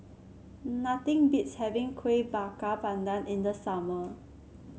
nothing beats having Kueh Bakar Pandan in the summer